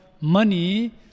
money